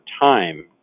time